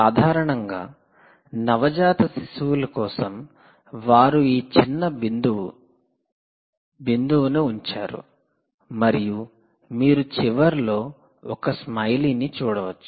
సాధారణంగా నవజాత శిశువుల కోసం వారు ఈ చిన్న బిందువు ను ఉంచారు మరియు మీరు చివర్లో ఒక స్మైలీ ని చూడవచ్చు